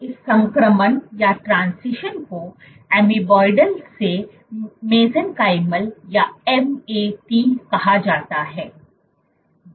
और इस संक्रमण को एमोइबाइडल से मेसेनकाइमल या MAT कहा जाता है